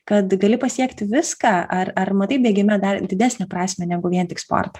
kad gali pasiekti viską ar ar matai bėgime dar didesnę prasmę negu vien tik sportą